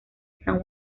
san